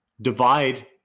divide